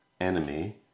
Enemy